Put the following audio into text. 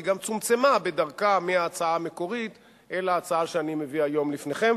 והיא גם צומצמה בדרכה מההצעה המקורית אל ההצעה שאני מביא היום לפניכם.